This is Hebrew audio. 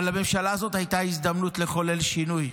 אבל לממשלה הזאת הייתה הזדמנות לחולל שינוי.